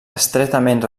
estretament